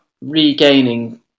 regaining